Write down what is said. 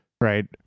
right